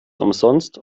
umsonst